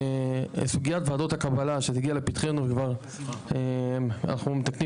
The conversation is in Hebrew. וסוגיית ועדות הקבלה שתגיע לפתחנו כבר אנחנו מתקנים